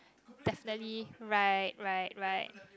definitely right right right